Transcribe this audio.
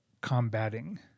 combating